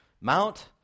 Mount